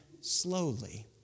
slowly